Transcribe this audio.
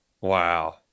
wow